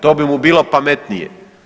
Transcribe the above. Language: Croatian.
To bi mu bilo pametnije.